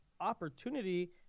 opportunity